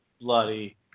bloody